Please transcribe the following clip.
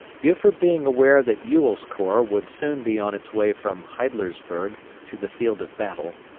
buford being aware that ewell's corps would soon be on its way from heidlersburg to the field of battle,